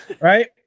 Right